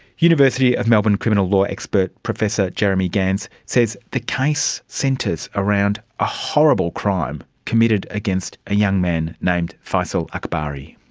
university of melbourne criminal law expert professor jeremy gans says the case centres around a horrible crime committed against a young man named faisal aakbari.